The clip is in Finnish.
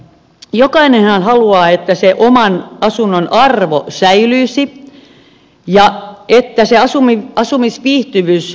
jokainenhan haluaa että oman asunnon arvo säilyisi ja että asumisviihtyvyys olisi hyvä